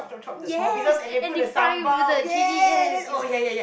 yes and they fry with the chilli yes